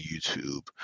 YouTube